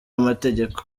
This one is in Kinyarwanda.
amategeko